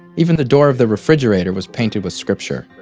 even the door of the refrigerator was painted with scripture,